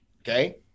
Okay